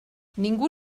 ningú